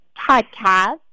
podcast